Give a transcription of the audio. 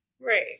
right